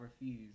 refuse